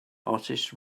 artists